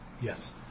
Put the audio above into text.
Yes